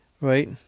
right